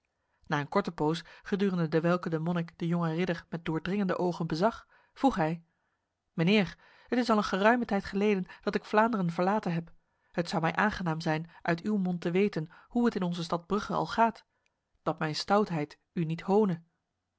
na een korte poos gedurende dewelke de monnik de jonge ridder met doordringende ogen bezag vroeg hij mijnheer het is al een ruime tijd geleden dat ik vlaanderen verlaten heb het zou mij aangenaam zijn uit uw mond te weten hoe het in onze stad brugge al gaat dat mijn stoutheid u niet hone